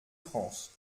france